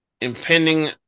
impending